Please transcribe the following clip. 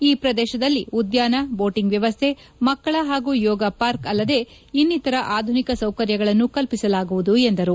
ಈ ಪ್ರದೇಶದಲ್ಲಿ ಉದ್ಯಾನ ಬೋಟಿಂಗ್ ವ್ಯವಸ್ಥೆ ಮಕ್ಕಳ ಹಾಗೂ ಯೋಗ ಪಾರ್ಕ್ ಅಲ್ಲದೆ ಇನ್ನಿತರ ಆಧುನಿಕ ಸೌಕರ್ಯಗಳನ್ನು ಕಲ್ಪಿಸಲಾಗುವುದು ಎಂದರು